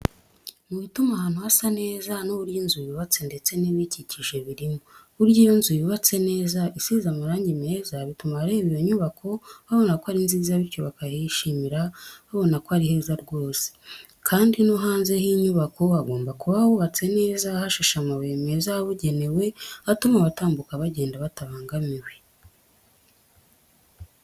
Mu bituma ahantu hasa neza n'uburyo inzu yubatse ndetse n'ibiyikikije birimo, burya iyo inzu yubatse neza isize amarangi meza bituma abareba iyo nyubako babona ko ari nziza bityo bakahishimira babona ko ari heza rwose. Kandi no hanze h'inyubako hagomba kuba hubatse neza hashashe amabuye meza yabugenewe atuma abatambuka bagenda batabangamiwe.